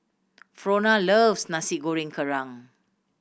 Frona loves Nasi Goreng Kerang